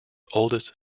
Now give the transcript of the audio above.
oldest